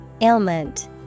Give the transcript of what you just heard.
Ailment